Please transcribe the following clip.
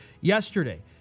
yesterday